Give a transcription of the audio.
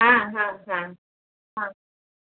ହଁ ହଁ ହଁ ହଁ